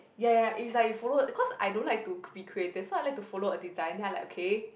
ya ya is like you follow cause I don't like to be creative so I like to follow a design then I'm like okay